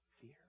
fear